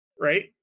Right